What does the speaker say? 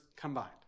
combined